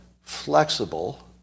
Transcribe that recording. flexible